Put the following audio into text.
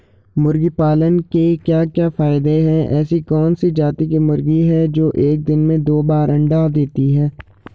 मुर्गी पालन के क्या क्या फायदे हैं ऐसी कौन सी जाती की मुर्गी है जो एक दिन में दो बार अंडा देती है?